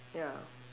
ya